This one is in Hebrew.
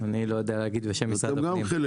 אני לא יודע להגיד בשם משרד הפנים.